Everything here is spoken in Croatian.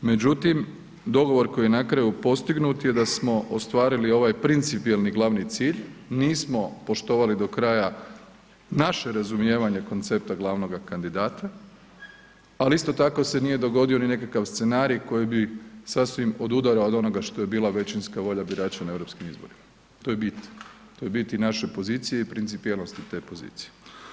Međutim, dogovor koji je na kraju postignut je da smo ostvarili ovaj principijelni glavni cilj, nismo poštovali do kraja naše razumijevanje koncepta glavnoga kandidata, ali isto tako se nije dogodio ni nekakav scenarij koji bi sasvim odudarao od onoga što je bila većinska volja birača na europskim izborima, to je bit, to je bit i naše pozicije i principijelnosti te pozicije.